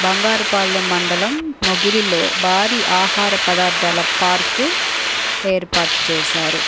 బంగారుపాల్యం మండలం మొగిలిలో భారీ ఆహార పదార్ధాల పార్కు ఏర్పాటు చేసారు